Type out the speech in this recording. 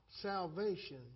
salvation